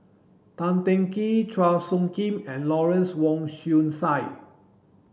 Tan Teng Kee Chua Phung Kim and Lawrence Wong Shyun Tsai